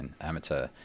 amateur